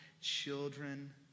children